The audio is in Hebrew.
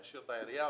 יעשיר את העירייה,